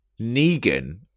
Negan